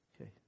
Okay